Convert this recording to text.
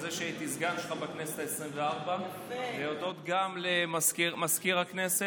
על זה שהייתי סגן שלך בכנסת העשרים-וארבע ולהודות גם למזכיר הכנסת